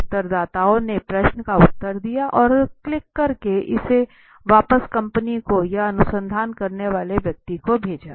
तो उत्तरदाताओं ने प्रश्न का उत्तर दिया और क्लिक करके इसे वापस कंपनी को या अनुसंधान करने वाले व्यक्ति को भेजा